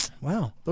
Wow